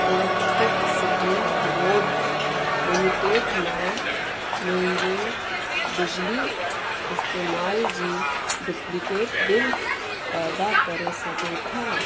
electric city board limited मां मुंहिंजे बिजली इस्तेमाल जी डुप्लीकेट बिल पैदा करे सघो था